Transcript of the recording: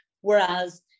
whereas